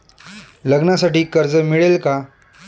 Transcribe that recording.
लग्नासाठी कर्ज मिळेल का?